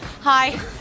Hi